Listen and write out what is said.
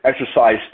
exercise